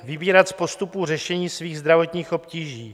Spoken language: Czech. Vybírat z postupů řešení svých zdravotních obtíží.